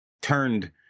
turned